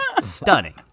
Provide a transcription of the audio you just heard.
stunning